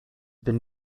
been